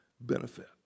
benefit